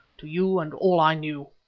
to you and all i knew,